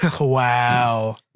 Wow